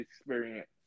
experience